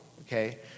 okay